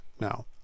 now